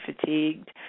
fatigued